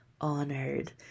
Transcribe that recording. honored